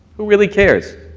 who really cares,